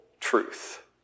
truth